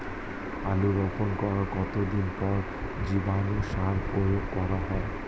আলু রোপণ করার কতদিন পর জীবাণু সার প্রয়োগ করা হয়?